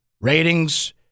ratings